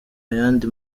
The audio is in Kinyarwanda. yandi